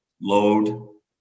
load